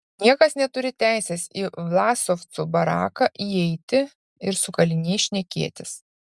niekas neturi teisės į vlasovcų baraką įeiti ir su kaliniais šnekėtis